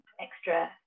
extra